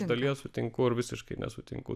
iš dalies ar visiškai nesutinku